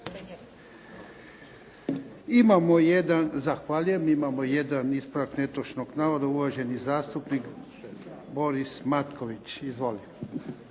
Zahvaljujem. Imamo jedan ispravak netočnog navoda, uvaženi zastupnik Boris Matković. Izvolite.